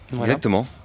exactement